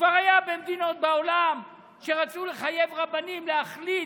כבר היה במדינות בעולם שרצו לחייב רבנים להחליט